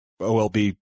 OLB